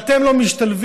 אתם לא משתלבים